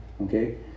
okay